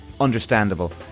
understandable